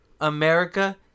America